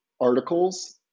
articles